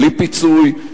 בלי פיצוי,